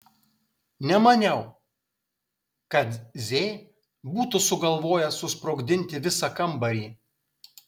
nemaniau kad z būtų sugalvojęs susprogdinti visą kambarį